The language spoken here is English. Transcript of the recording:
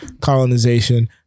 colonization